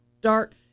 dark